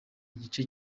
igice